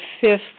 fifth